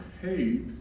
hate